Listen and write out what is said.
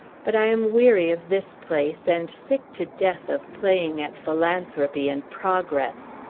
but i am weary of this place, and sick to death of playing at philanthropy and progress.